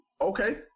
Okay